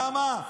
למה?